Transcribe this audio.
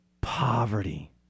Poverty